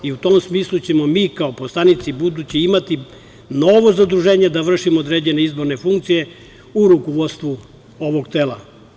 U tom smislu ćemo mi kao poslanici budući imati novo zaduženje da vršimo određene izborne funkcije u rukovodstvu ovog tela.